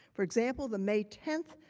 for example, the may tenth,